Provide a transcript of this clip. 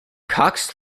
cox